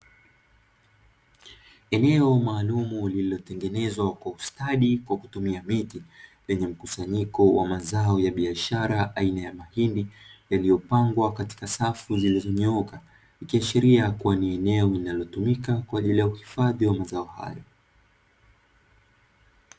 Eneo maalumu ulilotengenezwa kwa ustadi kwa kutumia miti, yenye mkusanyiko wa mazao ya biashara aina ya mahindi yaliyopangwa katika safu ziliyonyooka yakiashiria kuwa ni eneo linalotumika kwa ajili ya uhifadhi wa mazao hayo.